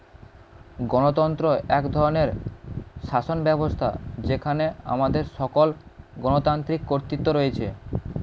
গণতন্ত্র এক ধরনের শাসনব্যবস্থা যেখানে আমাদের সকল গণতান্ত্রিক কর্তৃত্ব রয়েছে